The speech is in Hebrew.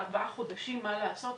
בארבעה חודשים מה לעשות,